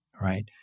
Right